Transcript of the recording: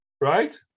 right